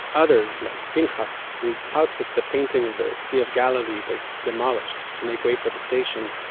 others like pincha's whose house with the painting of the sea of galilee was demolished to make way for the station.